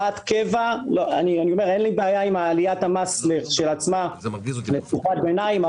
אין לי בעיה עם עליית המס לכשעצמה לתקופת ביניים.